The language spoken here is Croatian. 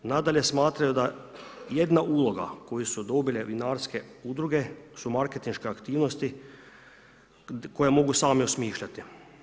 Nadalje, smatraju da jedna uloga, koju su dobile vinarske udruge su marketinške aktivnosti, koje mogu same osmišljani.